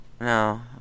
no